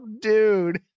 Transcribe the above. dude